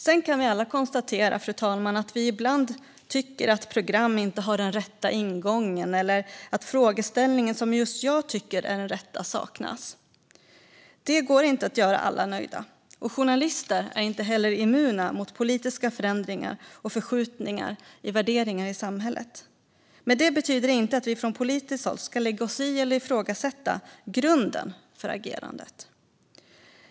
Sedan kan vi alla konstatera, fru talman, att vi ibland tycker att ett program inte har den rätta ingången eller att frågeställningen som jag tycker är den rätta saknas. Det går inte att göra alla nöjda, och journalister är inte heller immuna mot politiska förändringar och förskjutningar i värderingar i samhället. Men det betyder inte att vi från politiskt håll ska lägga oss i eller ifrågasätta grunden för agerandet.